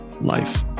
life